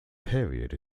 period